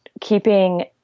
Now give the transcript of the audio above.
keeping